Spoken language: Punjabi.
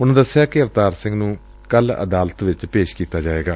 ਉਨੂਾਂ ਦਸਿਆ ਕਿ ਅਵਤਾਰ ਨੂੰ ਕੱਲੂ ਅਦਾਲਤ ਵਿਚ ਪੇਸ਼ ਕੀਤਾ ਜਾਏਗਾ